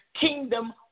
kingdom